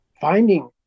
finding